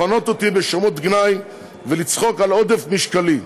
לכנות אותי בשמות גנאי ולצחוק על עודף משקלי,